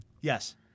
Yes